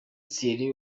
thierry